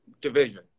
Division